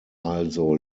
also